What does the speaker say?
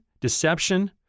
deception